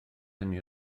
hynny